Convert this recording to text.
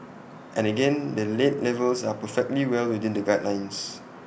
and again the lead levels are perfectly well within the guidelines